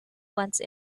once